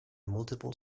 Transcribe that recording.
multiple